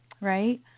Right